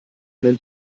einen